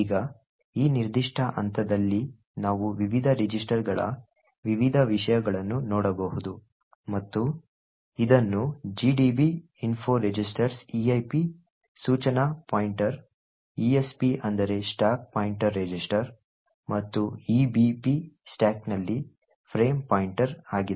ಈಗ ಈ ನಿರ್ದಿಷ್ಟ ಹಂತದಲ್ಲಿ ನಾವು ವಿವಿಧ ರಿಜಿಸ್ಟರ್ಗಳ ವಿವಿಧ ವಿಷಯಗಳನ್ನು ನೋಡಬಹುದು ಮತ್ತು ಇದನ್ನು gdb info registers eip ಸೂಚನಾ ಪಾಯಿಂಟರ್ esp ಅಂದರೆ ಸ್ಟಾಕ್ ಪಾಯಿಂಟರ್ ರಿಜಿಸ್ಟರ್ ಮತ್ತು ebp ಸ್ಟಾಕ್ನಲ್ಲಿ ಫ್ರೇಮ್ ಪಾಯಿಂಟರ್ ಆಗಿದೆ